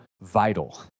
vital